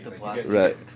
Right